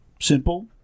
simple